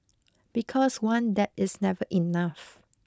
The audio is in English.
because one dab is never enough